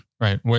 Right